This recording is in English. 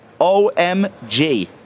OMG